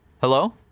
Hello